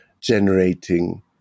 generating